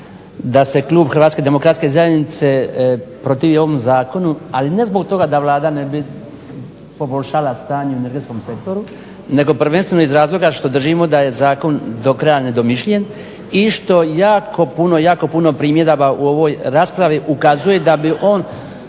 da se klub HDZ-a protivi ovom zakonu ali ne zbog toga da Vlada ne bi poboljšala stanje u energetskom sektoru nego prvenstveno iz razloga što držimo da je zakon do kraja nedomišljen i što jako puno primjedaba u ovoj raspravi ukazuje da bi on